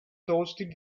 toasted